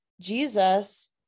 Jesus